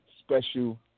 special